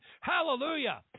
Hallelujah